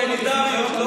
סולידריות.